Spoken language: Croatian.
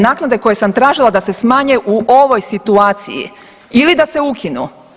Naknade koje sam tražila da se smanje u ovoj situaciji ili da se ukinu.